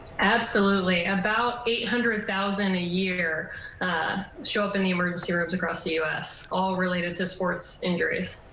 absolutely. about eight hundred thousand a year show up in the emergency room across the u s. all related to sports injuries.